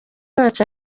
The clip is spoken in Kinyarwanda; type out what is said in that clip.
wacu